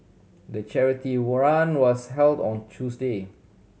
the charity run was held on Tuesday